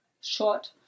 short